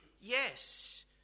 yes